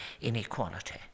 inequality